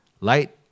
light